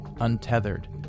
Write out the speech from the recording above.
untethered